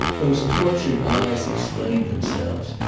those tortured eyes ex plained themselves,